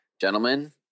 Gentlemen